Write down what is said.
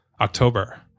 October